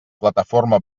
plataforma